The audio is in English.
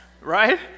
right